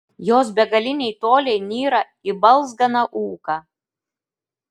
jos begaliniai toliai nyra į balzganą ūką